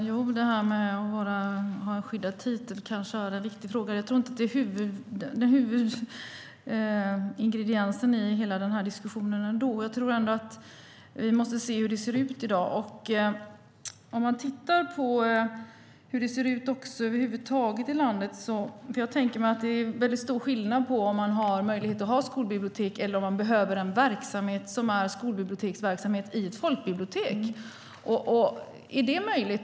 Herr talman! Det kanske är en viktig fråga att man ska ha en skyddad titel. Men jag tror inte att det är huvudingrediensen i denna diskussion. Jag tror att vi måste se hur det ser ut i dag. Vi kan titta på hur det ser ut över huvud taget i landet. Jag kan tänka mig att det är mycket stor skillnad om man har möjlighet att ha ett skolbibliotek eller om man behöver en verksamhet som är skolbiblioteksverksamhet i ett folkbibliotek. Är det möjligt?